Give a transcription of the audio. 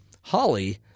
Holly